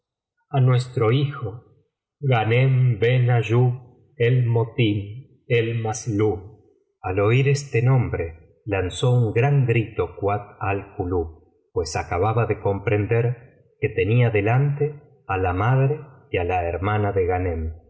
á nuestro hijo ghanem ben ayub el motim elmasslub al oir este nombre lanzó un gran grito kuat al kulub pues acababa de comprender que tenía delante á la madre y á la hermana de ghanem